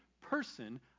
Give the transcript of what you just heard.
person